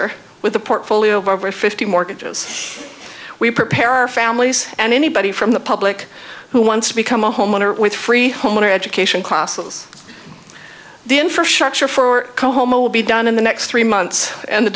r with a portfolio of over fifty mortgages we prepare our families and anybody from the public who wants to become a homeowner with free homeowner education classes the infrastructure for co homo will be done in the next three months and the